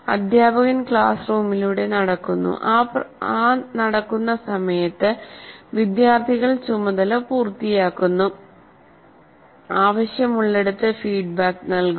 അദ്ധ്യാപകൻ ക്ലാസ് റൂമിലൂടെ നടക്കുന്നു ആ നടക്കുന്ന സമയത്ത് വിദ്യാർത്ഥികൾ ചുമതല പൂർത്തിയാക്കുന്നു ആവശ്യമുള്ളിടത്ത് ഫീഡ്ബാക്ക് നൽകുന്നു